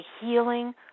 healing